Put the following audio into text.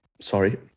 Sorry